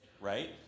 right